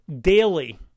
Daily